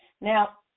Now